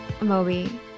Moby